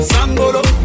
Sangolo